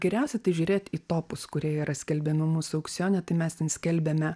geriausia tai žiūrėt į topus kurie yra skelbiami mūsų aukcione tai mes ten skelbiame